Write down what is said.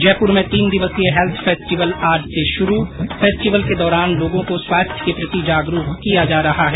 जयपुर में तीन दिवसीय हैल्थ फेस्टिवल आज से शुरू फेस्टिवल के दौरान लोगों को स्वास्थ्य के प्रति जागरूक किया जा रहा है